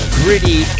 gritty